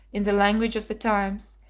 in the language of the times,